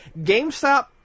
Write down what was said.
GameStop